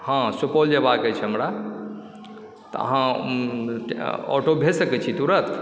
हँ सुपौल जेबाक अछि हमरा तऽ अहाँ ऑटो भेज सकैत छी तुरत